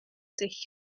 dull